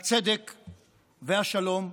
הצדק והשלום,